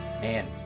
man